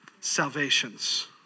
salvations